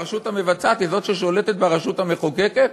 כשהרשות המבצעת היא זאת ששולטת ברשות המחוקקת